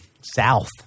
south